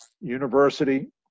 university